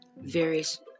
various